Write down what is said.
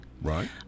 Right